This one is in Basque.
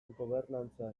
gobernantza